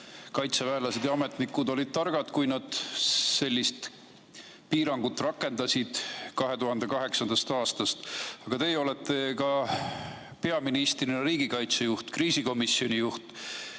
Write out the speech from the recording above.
kaitseväelased ja ametnikud olid targad, kui nad sellist piirangut rakendasid 2008. aastast. Aga teie olete peaministrina ka riigikaitse juht, kriisikomisjoni juht,